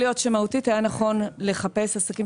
יכול להיות שמהותית היה נכון לחפש עסקים